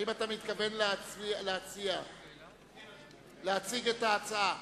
האם אתה מתכוון להציג את ההצעה?